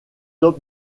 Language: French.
top